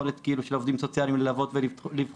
יכולת של העובדים סוציאליים לבוא ולבחון,